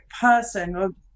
person